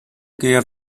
care